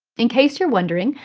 in case you're wondering,